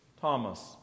Thomas